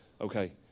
Okay